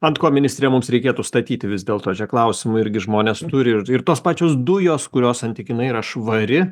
ant ko ministre mums reikėtų statyti vis dėlto čia klausimų irgi žmonės turi ir ir tos pačios dujos kurios santykinai yra švari